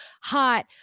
hot